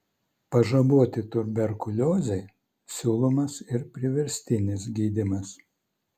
pažaboti tuberkuliozei siūlomas ir priverstinis gydymas